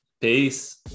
peace